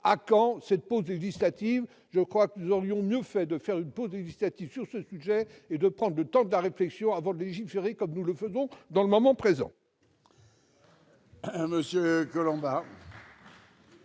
À quand une pause législative ? Je crois que nous aurions mieux fait de la faire sur ce sujet et de prendre le temps de la réflexion avant de légiférer comme nous le faisons en ce moment. Très